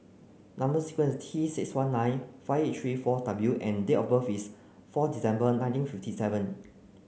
number sequence T six one nine five eight three four W and date of birth is four December nineteen fifty seven